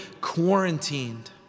quarantined